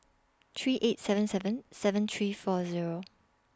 three eight seven seven seven three four Zero